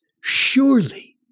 surely